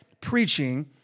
preaching